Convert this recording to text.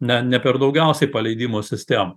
ne ne per daugiausiai paleidimo sistema